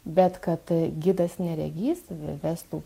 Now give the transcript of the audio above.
bet kad gidas neregys v vestų